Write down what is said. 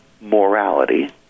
morality